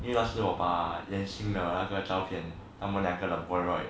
因为那时我把年轻那个照片他们两个的 polaroid